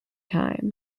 time